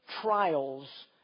Trials